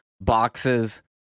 boxes